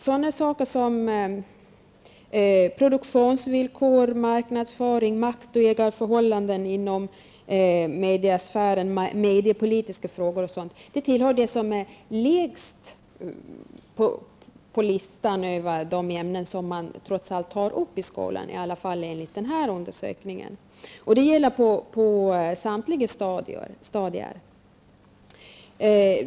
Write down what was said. Sådana saker som produktionsvillkor, marknadsföring, makt och ägarförhållanden inom meidasfären och andra mediapolitiska frågor tillhör sådant som ligger lägst på listan enligt den undersökning jag tidigare nämnt. Det gäller på samtliga stadier.